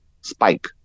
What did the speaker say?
spike